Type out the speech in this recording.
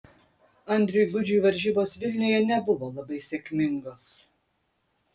andriui gudžiui varžybos vilniuje nebuvo labai sėkmingos